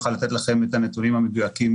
יוכל לתת לכם את הנתונים המדויקים